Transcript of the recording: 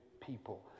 people